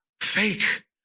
fake